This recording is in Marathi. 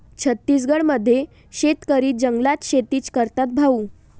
छत्तीसगड मध्ये शेतकरी जंगलात शेतीच करतात भाऊ